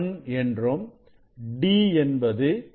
1 என்றும் d என்பது 0